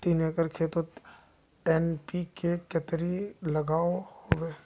तीन एकर खेतोत एन.पी.के कतेरी लागोहो होबे?